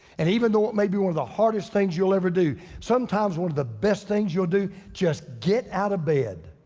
and even though it may be one of the hardest things you'll ever do, sometimes sometimes one of the best things you'll do, just get out of bed.